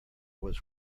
was